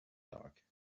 dark